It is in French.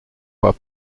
pas